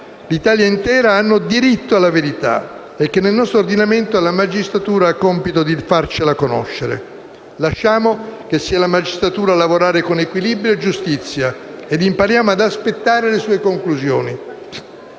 l'Italia intera hanno diritto alla verità e che nel nostro ordinamento la magistratura ha il compito di farcela conoscere. Lasciamo che sia la magistratura a lavorare con equilibrio e giustizia ed impariamo ad aspettare le sue conclusioni,